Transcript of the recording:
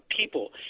People